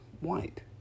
white